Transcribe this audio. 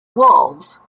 wolves